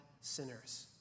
sinners